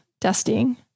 dusting